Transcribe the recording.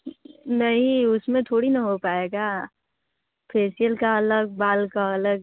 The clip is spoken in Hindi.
नई उसमें थोड़ी न हो पाएगा फेसिअल का अलग बाल का अलग